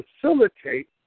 facilitate